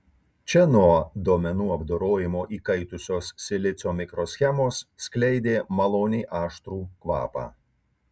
čia nuo duomenų apdorojimo įkaitusios silicio mikroschemos skleidė maloniai aštrų kvapą